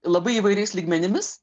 labai įvairiais lygmenimis